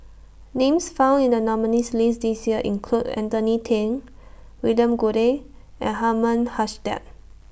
Names found in The nominees' list This Year include Anthony ten William Goode and Herman Hochstadt